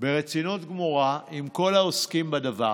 ברצינות גמורה, עם כל העוסקים בדבר: